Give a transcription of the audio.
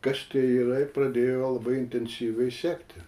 kas tai yra ir pradėjo labai intensyviai sekti